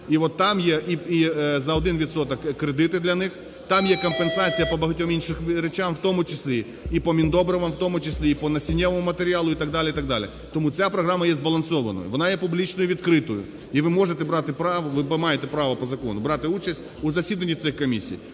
І от там є і за один відсоток кредити для них, там є компенсація по багатьом іншим речам, в тому числі і по міндобривам, в тому числі і по насіннєвому матеріалу і так далі, і так далі. Тому ця програма є збалансованою, вона є публічною і відкритою і ви можете брати право, ви маєте право по закону брати участь у засіданні цих комісій.